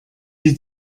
sie